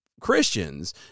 Christians